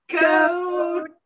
Go